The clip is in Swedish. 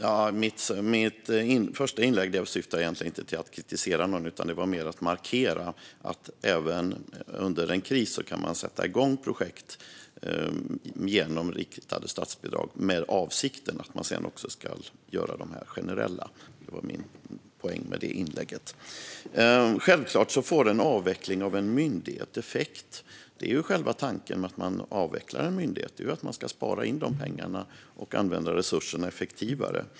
Fru talman! Mitt första inlägg syftade egentligen inte till att kritisera någon. Det syftade mer till att markera att man även under en kris kan sätta igång projekt genom riktade statsbidrag med avsikten att de sedan ska göras generella. Det var min poäng med detta inlägg. Självklart får en avveckling av en myndighet effekt. Själva tanken med att man avvecklar en myndighet är att man ska spara in dessa pengar och använda resurserna effektivare.